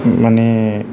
माने